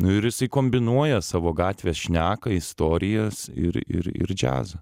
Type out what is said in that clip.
nu ir jisai kombinuoja savo gatvės šneką istorijas ir ir ir džiazą